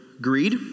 greed